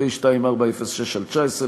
פ/2406/19,